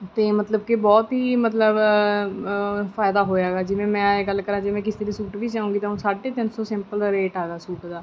ਅਤੇ ਮਤਲਬ ਕਿ ਬਹੁਤ ਹੀ ਮਤਲਬ ਫ਼ਾਇਦਾ ਹੋਇਆ ਗਾ ਜਿਵੇਂ ਮੈਂ ਇਹ ਗੱਲ ਕਰਾਂ ਜਿਵੇਂ ਕਿਸੇ ਦੀ ਸੂਟ ਵੀ ਸਿਊਂਗੀ ਤਾਂ ਉਹ ਸਾਢੇ ਤਿੰਨ ਸੌ ਸਿੰਪਲ ਦਾ ਰੇਟ ਹੈਗਾ ਸੂਟ ਦਾ